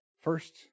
First